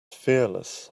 fearless